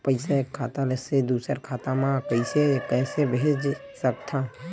पईसा एक खाता से दुसर खाता मा कइसे कैसे भेज सकथव?